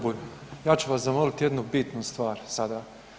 Bulj, ja ću vas zamoliti jedni bitnu stvar sada.